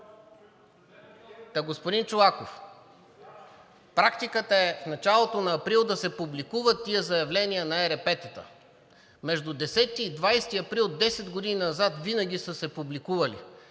Та, господин Чолаков, практиката е в началото на април да се публикуват тези заявления на ЕРП-тата. Между 10-и и 20 април десет години назад винаги са се публикували.